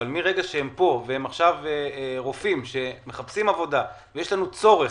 אבל מרגע שהם פה ועכשיו הם רופאים שמחפשים עבודה ויש לנו צורך,